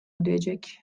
ödeyecek